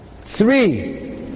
Three